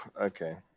Okay